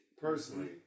Personally